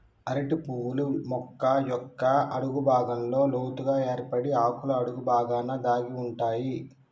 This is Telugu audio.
అరటి పువ్వులు మొక్క యొక్క అడుగు భాగంలో లోతుగ ఏర్పడి ఆకుల అడుగు బాగాన దాగి ఉంటాయి